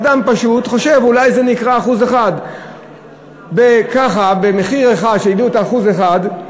אדם פשוט חושב שאולי זה נקרא 1%. ככה ב-1% שהעלו את המע"מ,